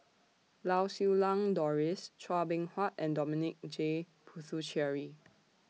Lau Siew Lang Doris Chua Beng Huat and Dominic J Puthucheary